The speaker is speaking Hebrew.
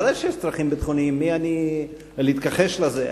ודאי שיש צרכים ביטחוניים, מי אני להתכחש לזה?